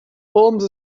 holmes